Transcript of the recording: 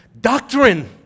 doctrine